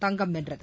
தங்கம் வென்றது